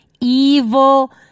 evil